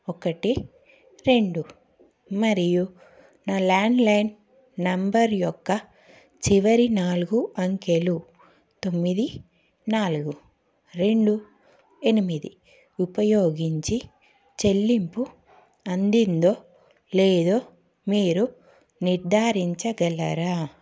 ఒకటి రెండు మరియు నా ల్యాండ్లైన్ నెంబర్ యొక్క చివరి నాలుగు అంకెలు తొమ్మిది నాలుగు రెండు ఎనిమిది ఉపయోగించి చెల్లింపు అందిందో లేదో మీరు నిర్ధారించగలరా